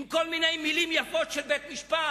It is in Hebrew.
עם כל מיני מלים יפות של בית-משפט,